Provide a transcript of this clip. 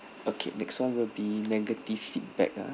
okay next one will be negative feedback ah